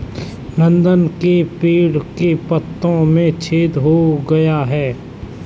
नंदन के पेड़ के पत्तों में छेद हो गया है